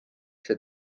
see